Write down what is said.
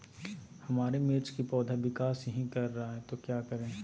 हमारे मिर्च कि पौधा विकास ही कर रहा है तो क्या करे?